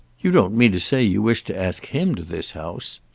you don't mean to say you wish to ask him to this house?